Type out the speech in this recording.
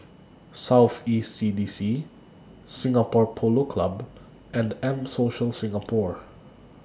South East CDC Singapore Polo Club and M Social Singapore